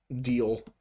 deal